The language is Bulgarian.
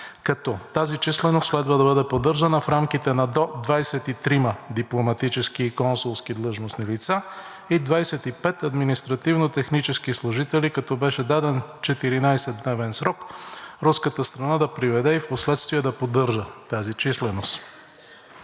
като тази численост следва да бъде поддържана в рамките на до 23 дипломатически и консулски длъжностни лица и 25 административно-технически служители, като беше даден 14-дневен срок руската страна да приведе и вследствие да поддържа тази численост.